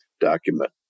document